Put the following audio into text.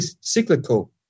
cyclical